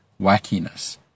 wackiness